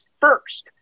first